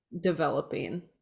developing